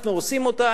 אנחנו עושים אותה.